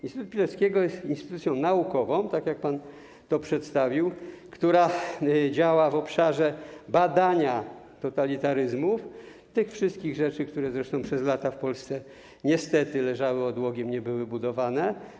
Instytut Pileckiego jest instytucją naukową, tak jak pan to przedstawił, która działa w obszarze badania totalitaryzmów, tych wszystkich rzeczy, które zresztą przez lata w Polsce niestety leżały odłogiem, nie były budowane.